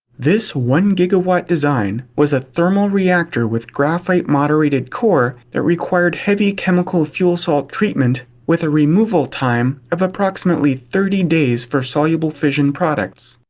this one gigawatt design was a thermal reactor with graphite moderated core that required heavy chemical fuel salt treatment with a removal time of approximately thirty days for soluble fission products,